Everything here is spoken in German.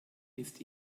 ist